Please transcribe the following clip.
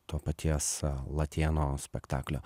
to paties latėno spektaklio